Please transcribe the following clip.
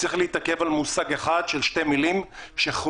צריך להתעכב על מושג אחד של שתי מילים שחוזר